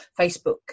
Facebook